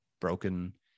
broken